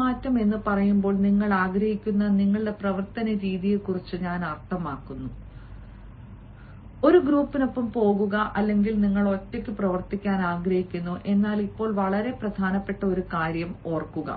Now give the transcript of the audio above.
പെരുമാറ്റം എന്ന് പറയുമ്പോൾ നിങ്ങൾ ആഗ്രഹിക്കുന്ന നിങ്ങളുടെ പ്രവർത്തനരീതിയെക്കുറിച്ചും ഞാൻ അർത്ഥമാക്കുന്നു ഒരു ഗ്രൂപ്പിനൊപ്പം പോകുക അല്ലെങ്കിൽ നിങ്ങൾ ഒറ്റയ്ക്ക് പ്രവർത്തിക്കാൻ ആഗ്രഹിക്കുന്നു എന്നാൽ ഇപ്പോൾ വളരെ പ്രധാനപ്പെട്ട ഒരു കാര്യം ഓർക്കുക